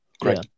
Great